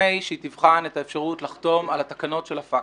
לפני שהיא תבחן את האפשרות לחתום על התקנות של הפקטור.